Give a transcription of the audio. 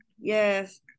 Yes